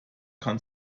kann